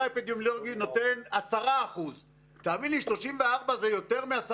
האפידמיולוגי נותן 10%. תאמין לי 34 זה יותר מ-10.